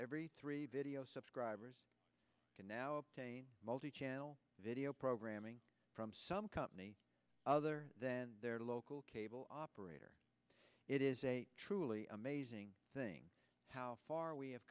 every three video subscribers can now obtain multi channel video programming from some company other than their local cable operator it is a truly amazing thing how far we have